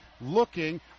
looking